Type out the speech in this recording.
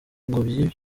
ngobyi